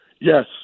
Yes